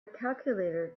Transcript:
calculator